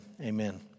Amen